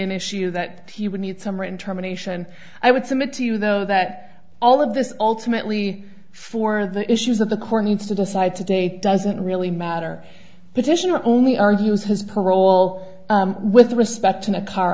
an issue that he would need some written terminations i would submit to you though that all of this ultimately for the issues of the core needs to decide today doesn't really matter petitioner only argues his parole with respect in a car